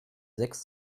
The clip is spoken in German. sechs